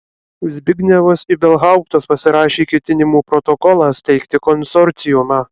zbignevas ibelhauptas pasirašė ketinimų protokolą steigti konsorciumą